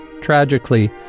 Tragically